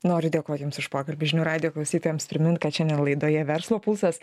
noriu dėkot jums už pokalbį žinių radijo klausytojams primint kad šiandien laidoje verslo pulsas